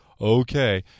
Okay